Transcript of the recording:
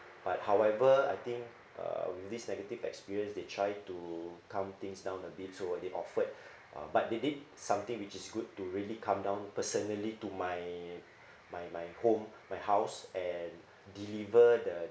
but however I think um this negative experience they try to calm things down a bit so when they offered uh but they did something which is good to really come down personally to my my my home my house and deliver the